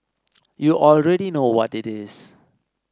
you already know what it is